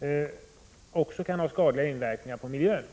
även kan ha skadliga inverkningar på miljön.